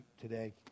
today